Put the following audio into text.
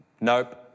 nope